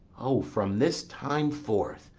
o, from this time forth,